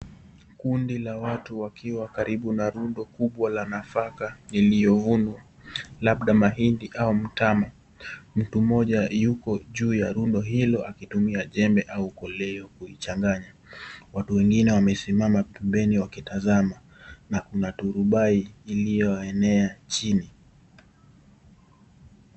Kundi la watu wakiwa karibu na rundo kubwa la nafaka iliyovunwa, labda mahindi au mtama. Mtu mmoja yuko juu ya rundo hilo akitumia jembe au kolei kuichanganya, wengine wamesimama pembeni wakitazama. Na kuna turbai iliyo enea chini.